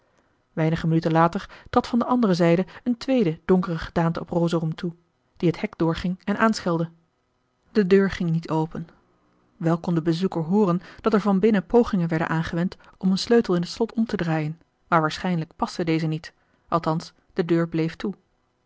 weinige minuten later trad van de andere zijde een tweede donkere gedaante op rosorum toe die het hek doorging en aanschelde de deur ging niet open wel kon de bezoeker hooren dat er van binnen pogingen werden aangewend om een sleutel in het slot omtedraaien maar waarschijnlijk paste deze niet althans de deur bleef toe